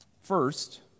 First